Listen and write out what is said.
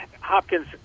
Hopkins